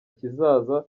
kizaza